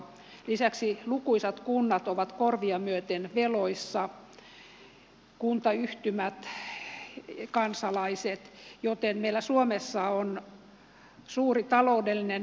lisäksi lukuisat kunnat ovat korvia myöten veloissa myös kuntayhtymät ja kansalaiset joten meillä suomessa on suuri taloudellinen hätä